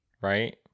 right